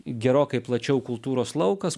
gerokai plačiau kultūros laukas